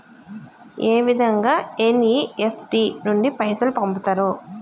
ఏ విధంగా ఎన్.ఇ.ఎఫ్.టి నుండి పైసలు పంపుతరు?